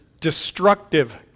destructive